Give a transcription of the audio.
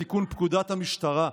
בתיקון פקודת המשטרה.